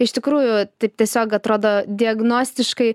iš tikrųjų taip tiesiog atrodo diagnostiškai